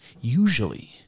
usually